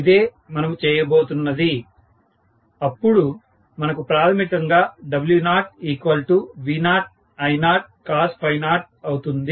ఇదే మనము చేయబోతున్నది అపుడు మనకు ప్రాథమికంగా W0V0I0cos0 అవుతుంది